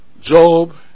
Job